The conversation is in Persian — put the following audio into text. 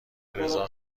رضا